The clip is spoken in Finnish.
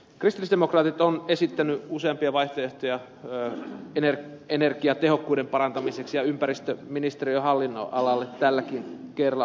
kristillisdemokraatit ovat esittäneet useampia vaihtoehtoja energiatehokkuuden parantamiseksi ja ympäristöministeriön hallinnonalalla tälläkin kerralla